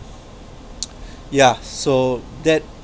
yeah so that